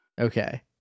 Okay